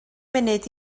munud